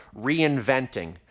reinventing